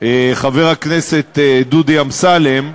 חבר הכנסת דודי אמסלם.